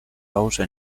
house